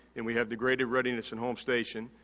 and we have degraded readiness in home station,